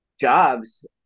jobs